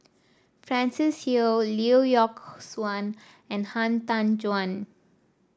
Francis Seow Lee Yock Suan and Han Tan Juan